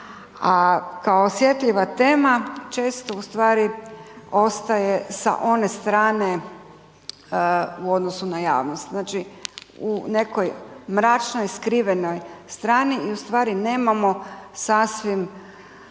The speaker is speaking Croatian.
kao osjetljiva tema često u stvari ostaje sa one strane u odnosu na javnost, znači u nekoj mračnoj skrivenoj strani i u stvari nemamo sasvim